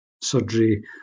surgery